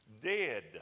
Dead